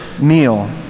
meal